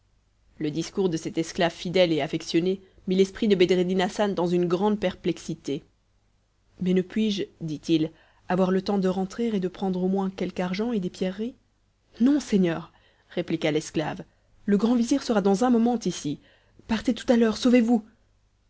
le discours de cet esclave fidèle et affectionné mit l'esprit de bedreddin hassan dans une grande perplexité mais ne puis-je dit-il avoir le temps de rentrer et de prendre au moins quelque argent et des pierreries non seigneur répliqua l'esclave le grand vizir sera dans un moment ici partez tout à l'heure sauvez-vous